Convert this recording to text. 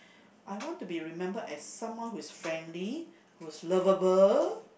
I want to be remembered as someone who is friendly who's lovable